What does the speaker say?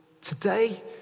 Today